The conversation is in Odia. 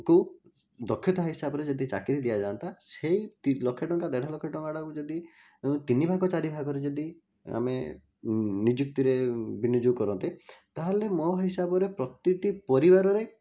ଙ୍କୁ ଦକ୍ଷ୍ୟତା ହିସାବରେ ଯଦି ଚାକିରି ଦିଆଯାଆନ୍ତା ସେ ଲକ୍ଷେ ଟଙ୍କା ଦେଢ଼ଲକ୍ଷ ଟଙ୍କାଟାକୁ ଯଦି ତିନିଭାଗ ଚାରିଭାଗରେ ଯଦି ଆମେ ନିଯୁକ୍ତିରେ ବିନିଯୋଗ କରନ୍ତେ ତାହେଲେ ମୋ ହିସାବରେ ପ୍ରତିଟି ପରିବାରରେ